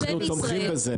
אנחנו תומכים בזה.